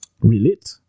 relate